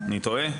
אני טועה?